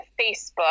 facebook